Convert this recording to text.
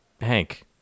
Hank